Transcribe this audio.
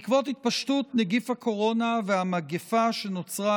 בעקבות התפשטות נגיף הקורונה והמגפה שנוצרה,